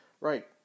Right